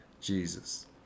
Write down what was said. Jesus